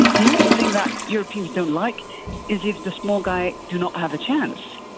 the only thing that europeans don't like is if the small guy does not have a chance,